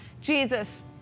Jesus